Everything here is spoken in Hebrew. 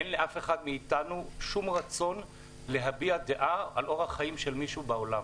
אין לאף אחד מאיתנו שום רצון להביע דעה על אורח חיים של מישהו בעולם.